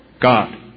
God